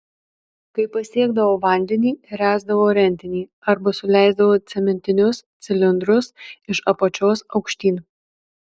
kai pasiekdavo vandenį ręsdavo rentinį arba suleisdavo cementinius cilindrus iš apačios aukštyn